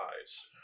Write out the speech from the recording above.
Eyes